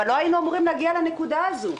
אבל לא היינו אמורים להגיע לנקודה הזאת.